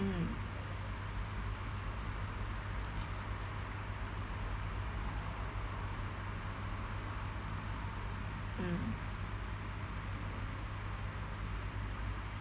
mm mm